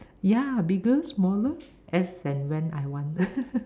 ya bigger smaller as and when I want